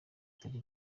bitari